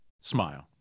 smile